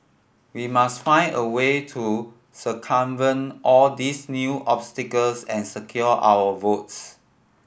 we must find a way to circumvent all these new obstacles and secure our votes